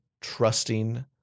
trusting